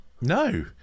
no